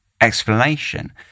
explanation